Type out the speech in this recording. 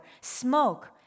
smoke